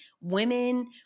women